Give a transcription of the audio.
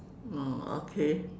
oh okay